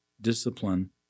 discipline